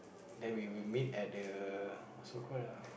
then we will meet at the so call